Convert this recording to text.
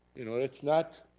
you know, that's not,